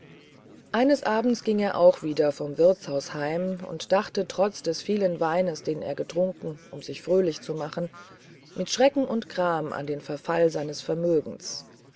eines abends ging er auch wieder vom wirtshaus heim und dachte trotz des vielen weines den er getrunken um sich fröhlich zu machen mit schrecken und gram an den verfall seines vermögens